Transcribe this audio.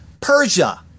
Persia